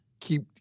keep